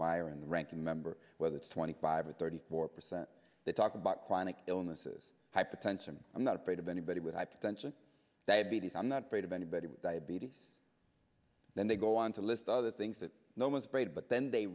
myron ranking member whether it's twenty five or thirty four percent they talk about chronic illnesses hypertension i'm not afraid of anybody with hypertension diabetes i'm not afraid of anybody with diabetes then they go on to list other things that no one's great but then they